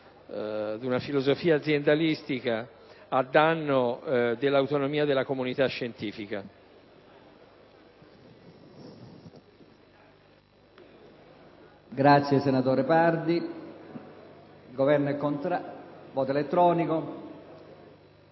di una filosofia aziendalistica a danno dell’autonomia della comunita scientifica.